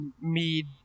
Mead